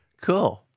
Cool